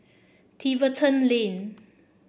Tiverton Lane